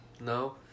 No